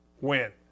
win